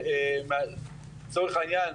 לצורך העניין,